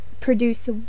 produce